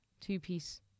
two-piece